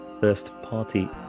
first-party